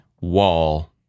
Wall